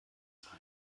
sein